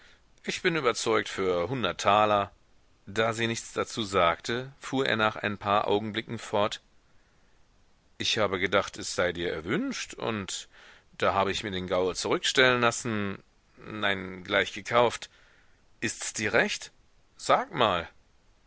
ich bin überzeugt für hundert taler da sie nichts dazu sagte fuhr er nach ein paar augenblicken fort ich habe gedacht es sei dir erwünscht und da habe ich mir den gaul zurückstellen lassen nein gleich gekauft ists dir recht sag mal